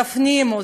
תפנימו,